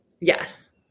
Yes